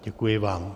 Děkuji vám.